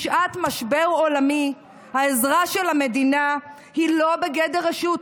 בשעת משבר עולמי העזרה של המדינה היא לא בגדר רשות,